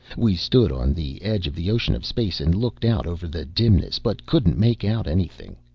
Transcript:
we stood on the edge of the ocean of space, and looked out over the dimness, but couldn't make out anything.